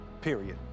period